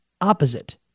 opposite